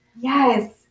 Yes